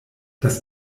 das